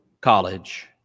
college